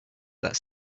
that